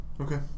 Okay